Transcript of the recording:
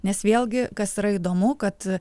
nes vėlgi kas yra įdomu kad